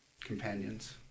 companions